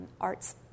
arts